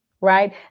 Right